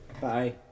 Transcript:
Bye